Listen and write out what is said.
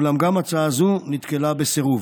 אולם גם הצעה זו נתקלה בסירוב.